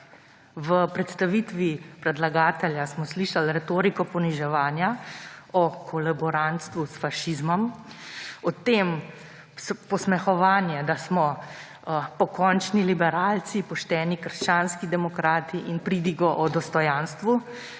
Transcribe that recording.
V predstavitvi predlagatelja smo slišali retoriko poniževanja, o kolaborantstvu s fašizmom, posmehovanje, da smo pokončni liberalci, pošteni krščanski demokrati in pridige o dostojanstvu.